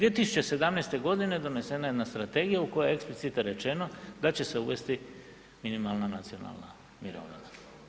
2017.g. donesena je jedna strategija u kojoj je eksplicitno rečeno da će se uvesti minimalna nacionalna mirovina.